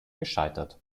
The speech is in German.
gescheitert